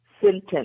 sentence